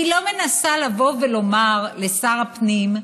היא לא מנסה לבוא ולומר לשר פנים: